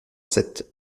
sept